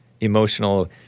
emotional